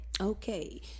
Okay